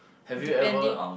have you ever